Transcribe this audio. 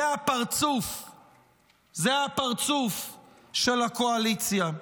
זה הפרצוף של הקואליציה.